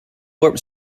warp